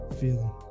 Feeling